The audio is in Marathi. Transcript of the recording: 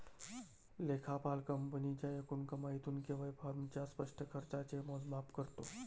लेखापाल कंपनीच्या एकूण कमाईतून केवळ फर्मच्या स्पष्ट खर्चाचे मोजमाप करतो